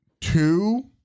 Two